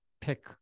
pick